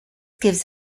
gives